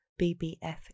BBF